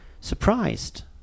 surprised